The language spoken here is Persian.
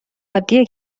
عادیه